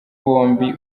bombi